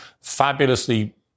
fabulously